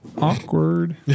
Awkward